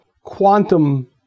quantum